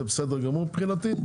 זה בסדר גמור מבחינתי.